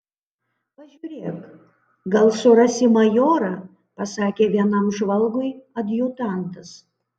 pažiūrėk gal surasi majorą pasakė vienam žvalgui adjutantas